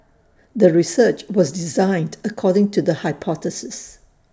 the research was designed according to the hypothesis